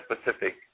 specific